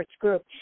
group